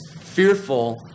fearful